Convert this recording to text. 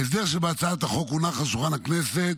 ההסדר שבהצעת החוק הונח על שולחן הכנסת